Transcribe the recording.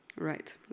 Right